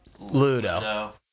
ludo